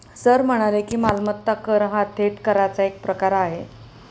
sir म्हणाले की, मालमत्ता कर हा थेट कराचा एक प्रकार आहे